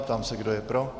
Ptám se, kdo je pro?